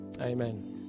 Amen